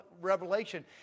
revelation